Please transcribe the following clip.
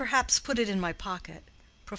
i perhaps put it in my pocket,